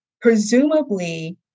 presumably